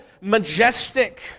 majestic